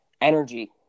energy